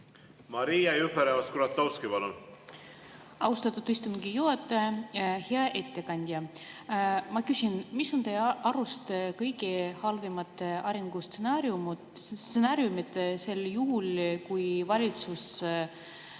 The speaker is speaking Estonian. Maria Jufereva-Skuratovski, palun! Austatud istungi juhataja! Hea ettekandja! Ma küsin, mis on teie arust kõige halvemad arengustsenaariumid sel juhul, kui valitsus